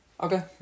okay